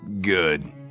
Good